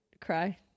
cry